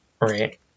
right